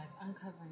uncovering